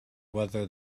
whether